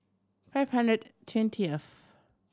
five hundred twentieth